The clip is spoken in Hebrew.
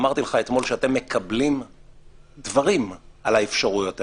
אמרתי לך אתמול שאתם מקבלים דברים על האפשרויות האלה.